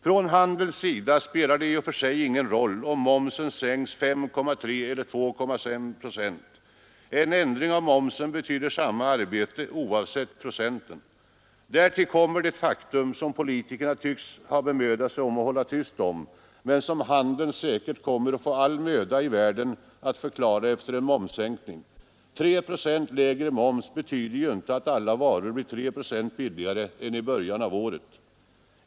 Från handelns sida spelar det i och för sig ingen roll om momsen sänks 5,3 eller 2,5 procent — en ändring av momsen betyder samma arbete oavsett procenten. Härtill kommer ett faktum som politikerna tycks ha bemödat sig att hålla tyst om, men som handeln säkert kommer att få all möda i världen att förklara efter en momssänkning — 3 procent lägre moms betyder ju inte att alla varor blir 3 procent billigare än i början av året.